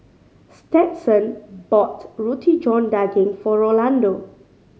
Stetson bought Roti John Daging for Rolando